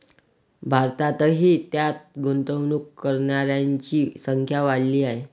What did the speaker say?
भारतातही त्यात गुंतवणूक करणाऱ्यांची संख्या वाढली आहे